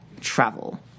travel